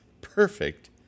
perfect